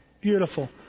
Beautiful